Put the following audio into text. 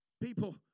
People